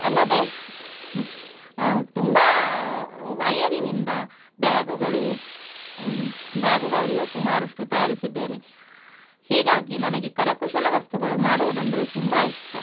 ಅಲ್ಲದೇ ತುಂಬ ವಯರಿನಿಂದ ಬ್ಯಾಗುಗಳು ಬ್ಯಾಗುಗಳನ್ನು ಸುಮಾರಷ್ಟು ತಯಾರಿಸಿದ್ದೇನೆ ಹೀಗಾಗಿ ನನಗೆ ಕರಕುಶಲ ವಸ್ತುಗಳು ಮಾಡುವುದೆಂದರೆ ತುಂಬ ಇಷ್ಟ